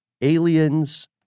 aliens